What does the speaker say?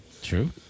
True